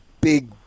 big